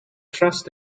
trust